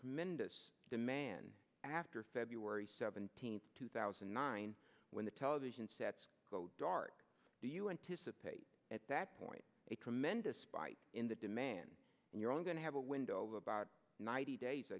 tremendous demand after february seventeenth two thousand and nine when the television sets go dark do you anticipate at that point a tremendous spike in the demand in your own going to have a window of about ninety days